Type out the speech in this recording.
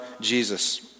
Jesus